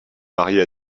marier